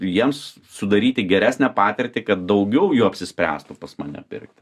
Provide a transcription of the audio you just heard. jiems sudaryti geresnę patirtį kad daugiau jų apsispręstų pas mane pirkti